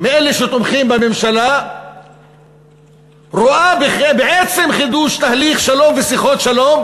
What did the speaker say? מאלה שתומכים בממשלה רואה בעצם חידוש תהליך השלום ושיחות השלום,